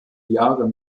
jahre